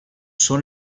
son